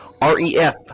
r-e-f